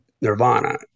Nirvana